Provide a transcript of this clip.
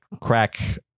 crack